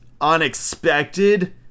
unexpected